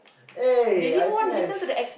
eh I think I've